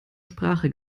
sprache